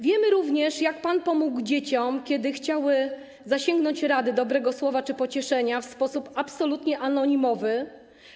Wiemy również, jak pan pomógł dzieciom, kiedy chciały zasięgnąć rady, dobrego słowa czy pocieszenia w sposób absolutnie anonimowy.